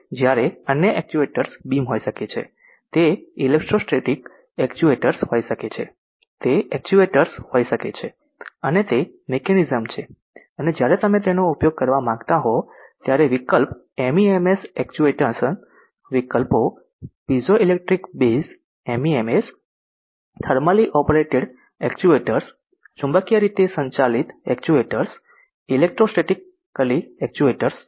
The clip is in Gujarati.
જ્યારે અન્ય એક્ચ્યુએટર્સ બીમ હોઈ શકે છે તે ઇલેક્ટ્રોસ્ટેટિક એક્ચ્યુએટર્સ હોઈ શકે છે તે એક્ચ્યુએટર્સ હોઈ શકે છે અને તે મિકેનિઝમ છે અને જ્યારે તમે તેનો ઉપયોગ કરવા માંગતા હો ત્યારે વિકલ્પ એમઇએમએસ એક્ટ્યુએશન વિકલ્પો piezoelectric base M E M S thermally operated actuators ચુંબકીય રીતે સંચાલિત એક્ચ્યુએટર્સ ઇલેક્ટ્રોસ્ટેટિક લી એક્ચ્યુએટર્સ છે